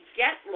get